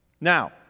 Now